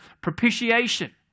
propitiation